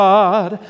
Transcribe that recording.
God